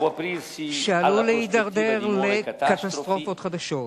שעלול להידרדר לקטסטרופות חדשות,